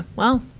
well.